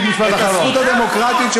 התקנון, משפט אחרון.